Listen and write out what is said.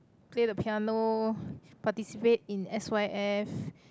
play the piano participate in S_Y_F